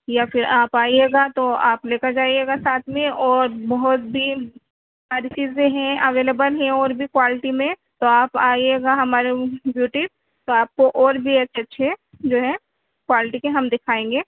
یا پھر آپ آئیے گا تو آپ لے کر جائیے گا ساتھ میں اور بہت بھی ساری چیزیں ہیں اویلیبل ہیں اور بھی کوالٹی میں تو آپ آئیے گا ہمارے بوٹیک تو آپ کو اور بھی اچھے اچھے جو ہے کوالٹی کے ہم دکھائیں گے